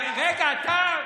לא, רגע, די,